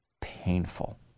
painful